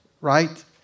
right